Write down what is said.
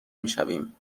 میشویم